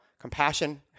compassion